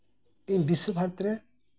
ᱤᱧ ᱵᱤᱥᱥᱚ ᱵᱷᱟᱨᱚᱛᱤ ᱨᱮ